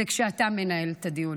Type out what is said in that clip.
זה כשאתה מנהל את הדיון.